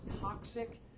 toxic